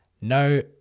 No